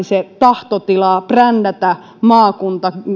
se tahtotila brändätä maakunta